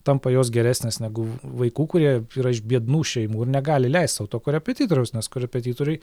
tampa jos geresnės negu v vaikų kurie yra iš biednų šeimų ir negali leist sau to korepetitoriaus nes korepetitoriui